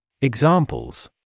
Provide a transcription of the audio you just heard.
Examples